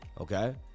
okay